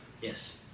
Yes